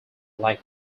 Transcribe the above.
like